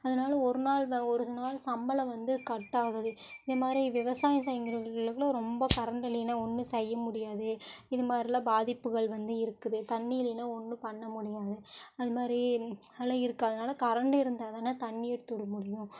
அதனால ஒரு நாள் இல்லை ஒரு நாள் சம்பளம் வந்து கட் ஆகுது இந்த மாதிரி விவசாயம் செய்யிறவர்களுக்கெல்லாம் ரொம்ப கரண்டு இல்லைன்னா ஒன்றும் செய்ய முடியாது இது மாதிரிலாம் பாதிப்புகள் வந்து இருக்குது தண்ணி இல்லைன்னா ஒன்றும் பண்ண முடியாது அது மாதிரி அதெல்லாம் இருக்கு அதனால கரண்டு இருந்தால் தான் தண்ணி எடுத்து விட முடியும்